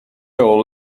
all